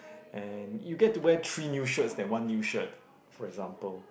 and you get to wear three new shirts than one new shirt for example